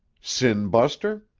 sin-buster?